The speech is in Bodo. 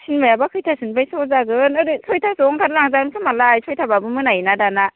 चिनिमायाबा खय्थासोनिफ्राय श' जागोन ओरैनो छयथासोआव ओंखारलांजागोन खोमालाय छयथाबाबो मोनायो ना दाना